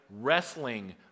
wrestling